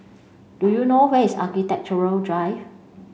do you know where is Architecture Drive